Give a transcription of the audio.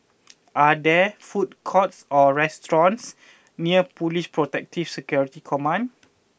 are there food courts or restaurants near Police Protective Security Command